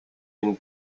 une